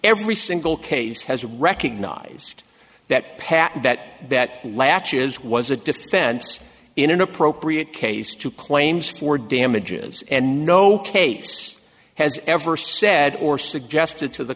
every single case has recognized that pat that that latches was a defense in an appropriate case to claims for damages and no case has ever said or suggested to the